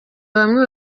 bamwe